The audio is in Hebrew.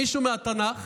מישהו מהתנ"ך